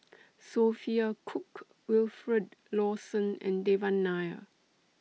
Sophia Cooke Wilfed Lawson and Devan Nair